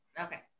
Okay